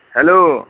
hello